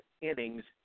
innings